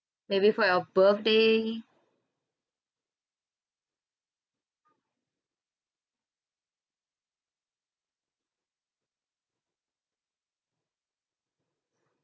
maybe for your birthday